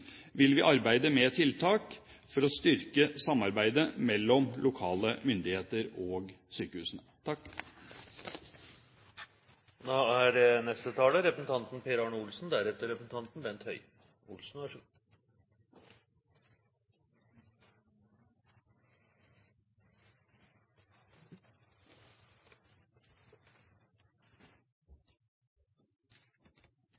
vil vi arbeide med tiltak for å styrke samarbeidet mellom lokale myndigheter og sykehusene.